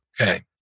Okay